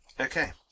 okay